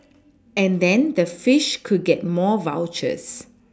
and then the fish could get more vouchers